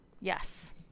Yes